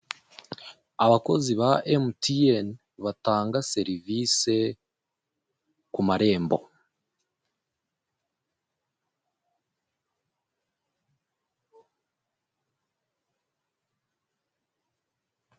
Abakozi ba emutiyeni batanga serivise kumarembo.